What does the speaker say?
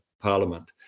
Parliament